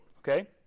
Okay